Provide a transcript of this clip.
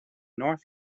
north